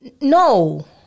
No